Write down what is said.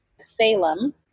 Salem